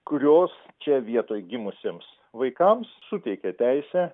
kurios čia vietoj gimusiems vaikams suteikia teisę